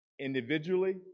individually